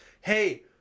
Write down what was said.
Hey